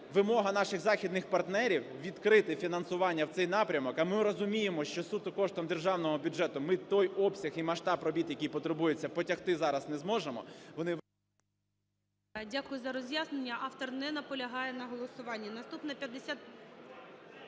вимога наших західних партнерів відкрити фінансування в цей напрямок, а ми розуміємо, що суто коштом державного бюджету ми той обсяг і масштаб робіт, який потребується, потягти зараз не зможемо, вони… ГОЛОВУЮЧИЙ. Дякую за роз'яснення. Автор не наполягає на голосуванні.